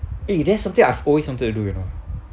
eh that's something I've always wanted to do you know